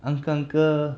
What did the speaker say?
uncle uncle